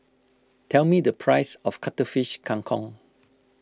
tell me the price of Cuttlefish Kang Kong